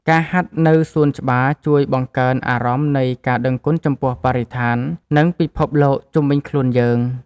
ការហាត់នៅសួនច្បារជួយបង្កើនអារម្មណ៍នៃការដឹងគុណចំពោះបរិស្ថាន និងពិភពលោកជុំវិញខ្លួនយើង។